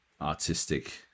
artistic